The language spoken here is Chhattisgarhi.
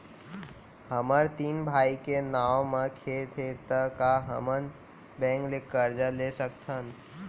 हमर तीन भाई के नाव म खेत हे त का हमन बैंक ले करजा ले सकथन?